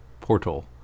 portal